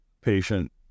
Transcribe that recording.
patient